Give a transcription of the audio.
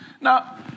Now